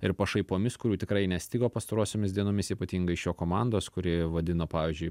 ir pašaipomis kurių tikrai nestigo pastarosiomis dienomis ypatingai iš jo komandos kuri vadino pavyzdžiui